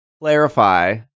clarify